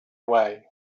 way